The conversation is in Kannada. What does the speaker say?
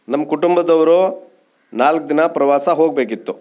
ನಮ್ಮ ಕುಟುಂಬದವರು ನಾಲ್ಕು ದಿನ ಪ್ರವಾಸ ಹೋಗಬೇಕಿತ್ತು